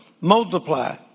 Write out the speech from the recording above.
multiply